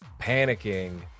panicking